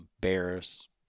Bear's